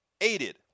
aided